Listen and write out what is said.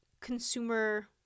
consumer